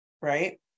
right